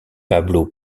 pablo